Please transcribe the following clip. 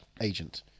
agent